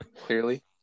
clearly